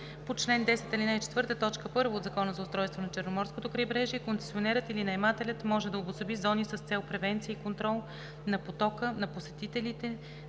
ал. 4, т. 1 от Закона за устройството на Черноморското крайбрежие концесионерът или наемателят може да обособи зони с цел превенция и контрол на потока на посетителите